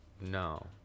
No